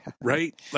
Right